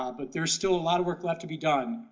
um but there's still a lot of work left to be done.